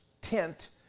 tent